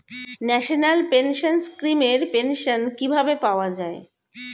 National pension scheme এর pension কিভাবে পাওয়া যায়?